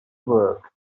work